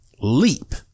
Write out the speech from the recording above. leap